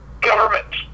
government